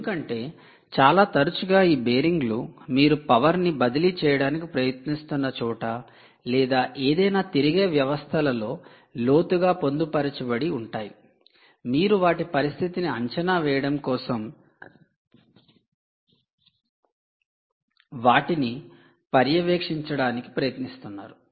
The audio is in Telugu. ఎందుకంటే చాలా తరచుగా ఈ బేరింగ్లు మీరు పవర్ ని బదిలీ చేయడానికి ప్రయత్నిస్తున్న చోట లేదా ఏదైనా తిరిగే వ్యవస్థలలో లోతుగా పొందుపరచబడి ఉంటాయి మీరు వాటి పరిస్థితిని అంచనా వేయడం కోసం వాటిని పర్యవేక్షించడానికి ప్రయత్నిస్తున్నారు